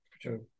Sure